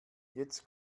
jetzt